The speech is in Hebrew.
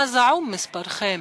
מה זעום מספרכם"